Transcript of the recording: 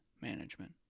Management